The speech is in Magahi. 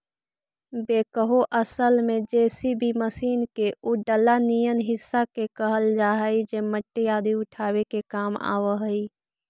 बेक्हो असल में जे.सी.बी मशीन के उ डला निअन हिस्सा के कहल जा हई जे मट्टी आदि उठावे के काम आवऽ हई